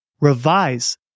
Revise